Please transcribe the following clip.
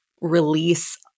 release